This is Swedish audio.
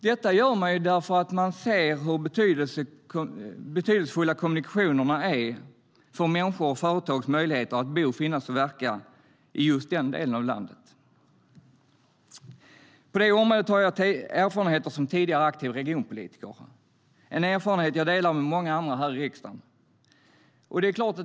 Detta gör man därför att man ser hur betydelsefulla kommunikationerna är för människors och företags möjligheter att bo, finnas och verka i just deras del av landet. På detta område har jag erfarenheter som tidigare aktiv regionpolitiker - en erfarenhet jag delar med många andra här i riksdagen.